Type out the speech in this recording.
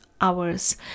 hours